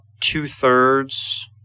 two-thirds